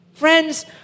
Friends